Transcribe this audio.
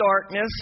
darkness